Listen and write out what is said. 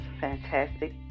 Fantastic